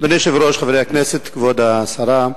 אדוני היושב-ראש, חברי הכנסת, כבוד השרה,